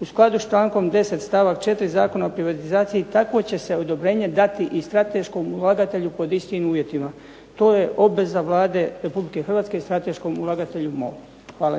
u skladu s člankom 10. stavak 4. Zakona o privatizaciji takvo će se odobrenje dati i strateškom ulagatelju pod istim uvjetima". To je obveza Vlada Republike Hrvatske strateškom ulagatelju MOL. Hvala